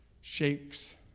shakes